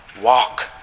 walk